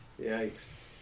Yikes